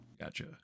Gotcha